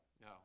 no